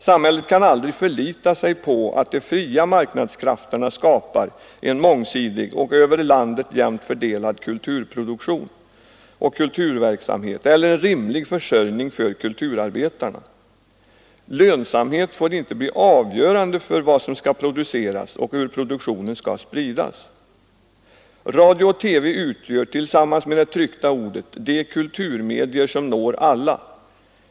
Samhället kan aldrig förlita sig på att de fria marknadskrafterna skapar en mångsidig och över landet jämnt fördelad kulturproduktion och kulturverksamhet eller en rimlig försörjning för kulturarbetarna. Lönsamhet får inte bli avgörande för vad som skall produceras och hur produktionen skall spridas. Radio och TV utgör tillsammans med det tryckta ordet de kulturmedier som når alla.